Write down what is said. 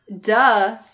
duh